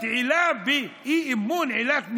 שזה יהיה עילה באי-אמון, עילת נימוק?